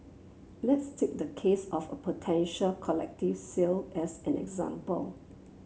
let's take the case of a potential collective sale as an example